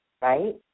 Right